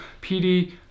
PD